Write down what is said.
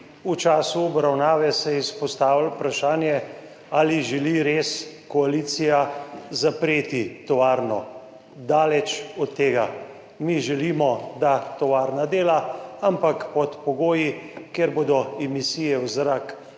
V času obravnave se je izpostavilo vprašanje, ali želi res koalicija zapreti tovarno. Daleč od tega. Mi želimo, da tovarna dela, ampak pod pogoji, kjer bodo emisije v zrak